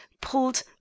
pulled